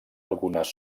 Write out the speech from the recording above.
algunes